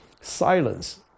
silence